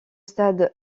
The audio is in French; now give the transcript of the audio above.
stade